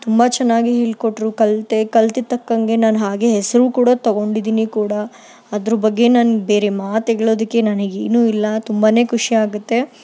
ತುಂಬ ಚೆನ್ನಾಗಿ ಹೇಳಿಕೊಟ್ರು ಕಲಿತೆ ಕಲ್ತಿದ್ದ ತಕ್ಕಂಗೆ ನಾನು ಹಾಗೇ ಹೆಸರೂ ಕೂಡ ತೊಗೊಂಡಿದೀನಿ ಕೂಡ ಅದ್ರ ಬಗ್ಗೆ ನಂಗೆ ಬೇರೆ ಮಾತುಗ್ಳೋದಕ್ಕೆ ನನಗೆ ಏನೂ ಇಲ್ಲ ತುಂಬಾ ಖುಷಿ ಆಗುತ್ತೆ